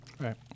right